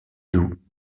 doux